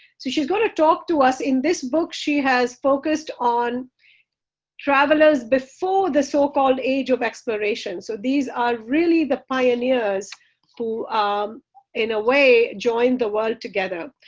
so she's got to talk to us. in this book, she has focused on travelers before the so-called age of exploration. so these are really the pioneers who um in a way, joined the world together.